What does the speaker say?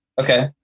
Okay